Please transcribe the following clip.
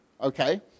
Okay